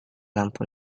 lampu